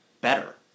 better